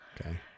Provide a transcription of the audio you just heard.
okay